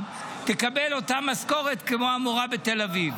תקבל אותה משכורת כמו המורה בתל אביב.